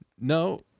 No